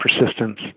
persistence